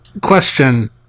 question